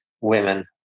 women